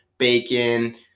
bacon